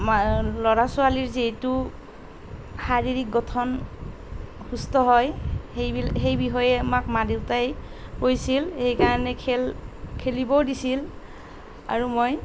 ল'ৰা ছোৱালীৰ যিটো শাৰীৰিক গঠন সুস্থ হয় সেইবিলাক সেইবিষয়ে আমাক মা দেউতাই কৈছিল সেই কাৰণে খেল খেলিবও দিছিল আৰু মই